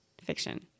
fiction